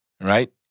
right